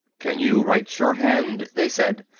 can you write shorthand? they said.